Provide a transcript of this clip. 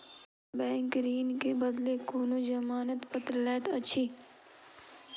bank ऋण के बदले कोनो जमानत पत्र लैत अछि